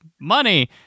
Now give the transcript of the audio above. money